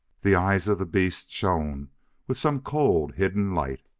the eyes of the beast shone with some cold, hidden light.